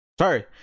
sorry